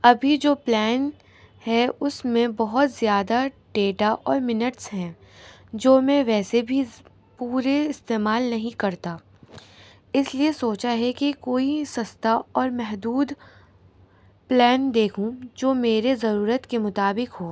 ابھی جو پلین ہے اس میں بہت زیادہ ڈیٹا اور منٹس ہیں جو میں ویسے بھی پورے استعمال نہیں کرتا اس لیے سوچا ہے کہ کوئی سستا اور محدود پلان دیکھوں جو میرے ضرورت کے مطابق ہو